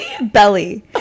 Belly